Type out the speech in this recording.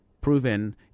proven